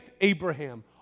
Abraham